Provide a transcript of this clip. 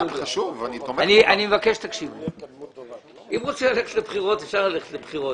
אם רוצים ללכת לבחירות, אפשר ללכת לבחירות.